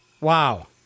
Wow